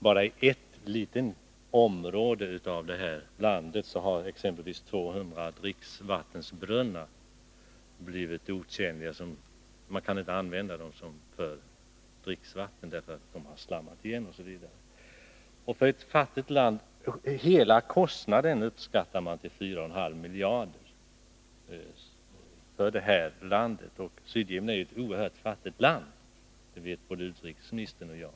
Bara i ett litet område av landet har exempelvis dricksvattnet i 200 brunnar blivit otjänligt. Vattnet kan inte användas som dricksvatten, eftersom brunnarna har slammat igen. Hela kostnaden för katastrofen i landet uppskattas till 4,5 miljarder kronor. Sydyemen är ju ett oerhört fattigt land. Det vet både utrikesministern och jag.